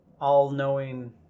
all-knowing